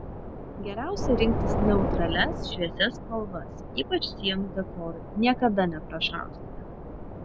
geriausia rinktis neutralias šviesias spalvas ypač sienų dekorui niekada neprašausite